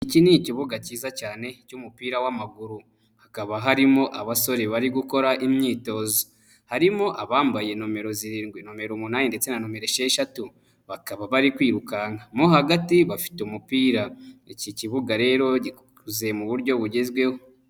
Iki ni ikibuga cyiza cyane cy'umupira w'amaguru, hakaba harimo abasore bari gukora imyitozo, harimo abambaye nomero zirindwi, nomero umunani ndetse na nomero esheshatu, bakaba bari kwirukanka, mo hagati bafite umupira, iki kibuga rero gikozeze mu buryo bugezweho.